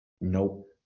Nope